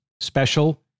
special